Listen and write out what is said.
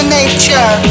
nature